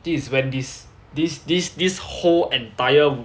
this is when this this this this whole entire